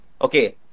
okay